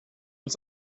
uns